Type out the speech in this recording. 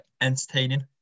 entertaining